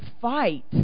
fight